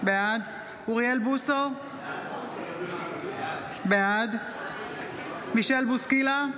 בעד אוריאל בוסו, בעד מישל בוסקילה,